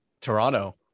Toronto